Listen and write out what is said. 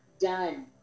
done